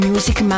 Music